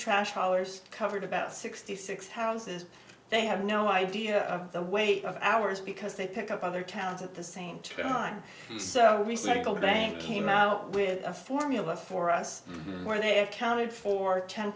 trash dollars covered about sixty six houses they have no idea of the weight of ours because they pick up other towns at the same time the so recycle bank came out with a formula for us where they have counted for ten